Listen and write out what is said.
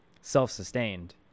self-sustained